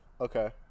Okay